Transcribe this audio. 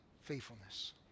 faithfulness